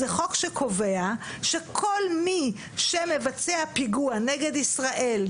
זה חוק שקובע שכל מי שמבצע פיגוע נגד ישראל,